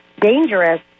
dangerous